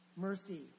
mercy